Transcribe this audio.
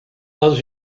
dans